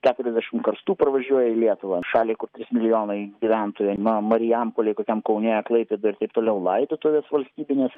keturiasdešimt karstų parvažiuoja į lietuvą šaliai kur trys milijonai gyventojų na marijampolėj kokiam kaune klaipėdoj ir taip toliau laidotuvės valstybinės